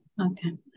okay